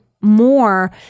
more